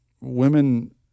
Women